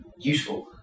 useful